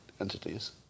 entities